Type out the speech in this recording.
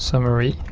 summary